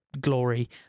glory